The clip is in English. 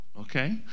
okay